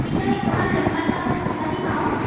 ठीकु आहे हिकु मां सिम्पल वारो मोकिलींदीमांव